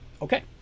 Okay